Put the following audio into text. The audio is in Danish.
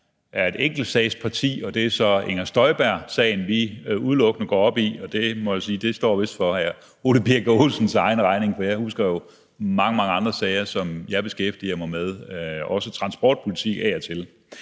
er et enkeltsagsparti, og det er så Inger Støjberg-sagen, vi udelukkende går op i, og det må jeg vist sige står for hr. Ole Birk Olesens egen regning, for jeg husker mange, mange andre sager, som jeg beskæftiger mig med – også transportpolitik af og til.